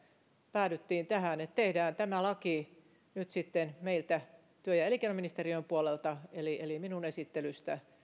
päädyttiin tähän että tehdään tämä laki nyt sitten meiltä työ ja elinkeinoministeriön puolelta eli eli minun esittelystäni